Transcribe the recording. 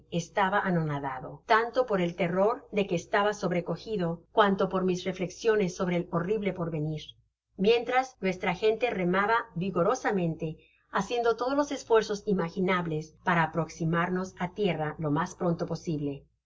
estaba anonadado tanto por el terror de que estaba sobrecogido cuanto por mis reflexiones sobre el horrible porvenir mientras nuestra gente remaba vigorosamente haciendo todos los esfuerzos imaginables para aproximarnos á tierra lo mas pronto posible